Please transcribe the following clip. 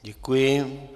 Děkuji.